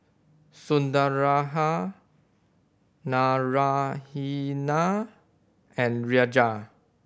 Sundaraiah Naraina and Raja